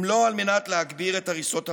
אם לא על מנת להגביר את הריסות הבתים,